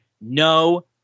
no